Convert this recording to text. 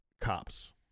cops